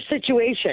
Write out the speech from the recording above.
situation